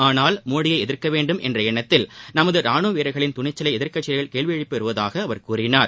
ஆனால் மோடியை எதிர்க்க வேண்டும் என்ற எண்ணத்தில் நமது ராணுவ வீரர்களின் துணிச்சலை எதிர்க்கட்சிகள் கேள்வி எழுப்பி வருவதாக அவர் கூறினார்